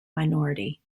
minority